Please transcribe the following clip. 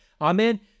Amen